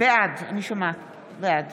בעד